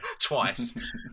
twice